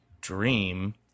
dream